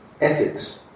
ethics